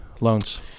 loans